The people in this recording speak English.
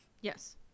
Yes